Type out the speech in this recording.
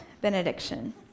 benediction